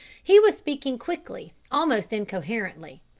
he was speaking quickly, almost incoherently.